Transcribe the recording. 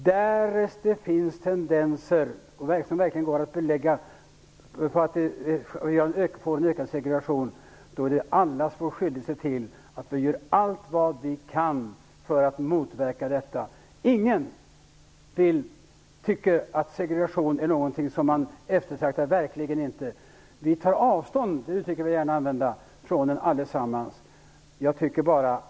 Därest det finns tendenser, som verkligen kan beläggas, att det råder en ökad segregation, är det allas vår skyldighet att göra allt vad vi kan för att motverka detta. Ingen tycker att segregation är något som skall eftertraktas -- verkligen inte! Vi tar avstånd -- jag vill gärna använda det uttrycket -- från segregation.